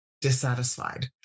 dissatisfied